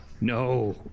No